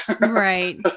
Right